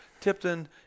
Tipton